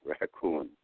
raccoon